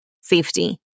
safety